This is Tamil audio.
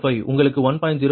05 j 0